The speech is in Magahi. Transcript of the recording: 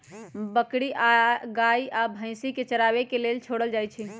बकरी गाइ आ भइसी के चराबे के लेल छोड़ल जाइ छइ